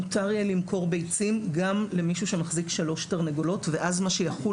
מותר יהיה למכור ביצים גם למישהו שמחזיק 3 תרנגולות ואז מה שיחול